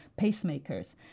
pacemakers